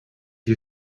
you